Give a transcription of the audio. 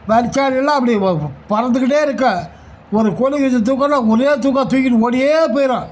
வரிச்சாளியெல்லாம் அப்படி பறந்துக்கிட்டே இருக்கும் ஒரு கோழிய இது தூக்கணும்னா ஒரே தூக்கா தூக்கிட்டு ஓடியே போயிடும்